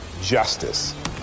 justice